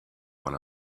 one